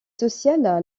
sociale